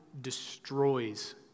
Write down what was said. destroys